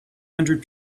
hundred